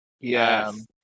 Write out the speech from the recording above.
Yes